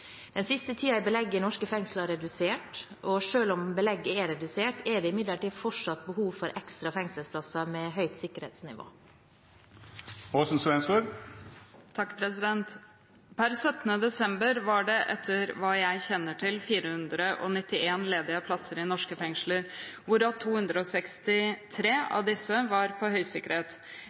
Den siste tiden er belegget i norske fengsler redusert. Selv om belegget er redusert, er det imidlertid fortsatt behov for ekstra fengselsplasser med høyt sikkerhetsnivå. Per 17. desember var det – etter hva jeg kjenner til – 491 ledige plasser i norske fengsler, hvorav 263